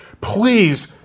please